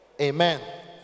Amen